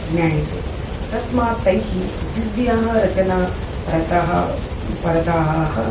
ज्ञायते तस्मात् तैः पृथिव्याः रचना परतः परताः